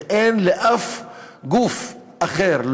ואין לאף גוף אחר,